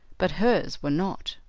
but hers were not.